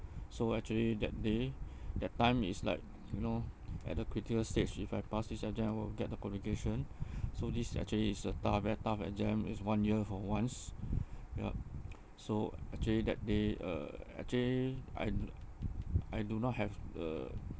so actually that day that time is like you know at a critical stage if I pass this exam I will get the qualification so this actually is a tough very tough exam is one year for once yup so actually that day uh actually I do I do not have a